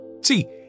See